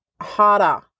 harder